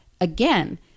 again